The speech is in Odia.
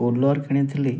କୁଲର୍ କିଣିଥିଲି